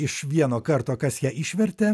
iš vieno karto kas ją išvertė